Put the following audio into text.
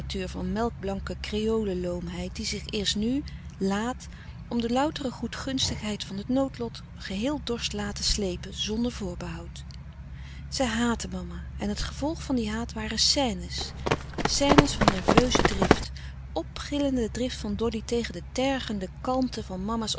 van melkblanke kreole loomheid die zich eerst nu laat om de loutere goedgunstigheid van het noodlot geheel dorst laten sleepen zonder voorbehoud zij haatte mama en het gevolg van die haat waren scènes scènes van nerveuze drift opgillende drift van doddy tegen de tergende kalmte van mama's